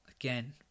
again